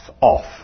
off